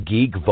Geek